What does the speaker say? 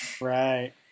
right